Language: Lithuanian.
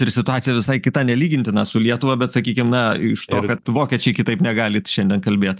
ir situacija visai kita nelygintina su lietuva bet sakykim na iš to kad vokiečiai kitaip negali šiandien kalbėt